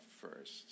first